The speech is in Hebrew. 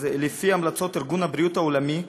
לפי המלצות ארגון הבריאות העולמי,